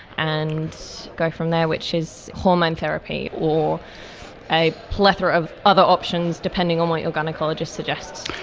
and go from there, which is hormone therapy or a plethora of other options, depending on what your gynaecologist suggests.